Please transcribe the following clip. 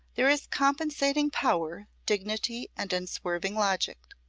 there is compensating power, dignity and unswerving logic.